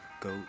Go